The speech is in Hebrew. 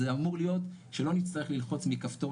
זה אמור להיות שלא נצטרך ללחוץ מכפתור